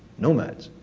nomads.